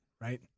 Right